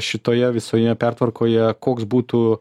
šitoje visoje pertvarkoje koks būtų